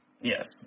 yes